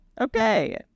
Okay